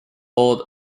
both